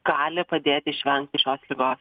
gali padėti išvengti šios ligos